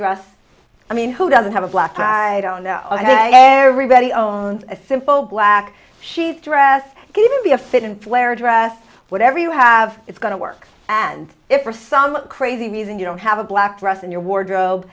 dress i mean who doesn't have a black guy don't know everybody owns a simple black she's dress given be a fit in flair dress whatever you have is going to work and if for some crazy reason you don't have a black dress in your wardrobe